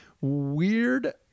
Weird